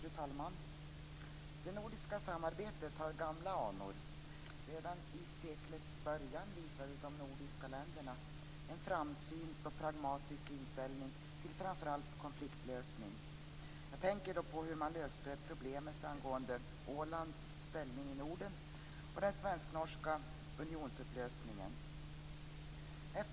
Fru talman! Det nordiska samarbetet har gamla anor. Redan i seklets början visade de nordiska länderna en framsynt och pragmatisk inställning till framför allt konfliktlösning. Jag tänker då på hur man löste problemet med Ålands ställning i Norden och den svensk-norska unionsupplösningen.